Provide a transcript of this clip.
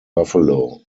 buffalo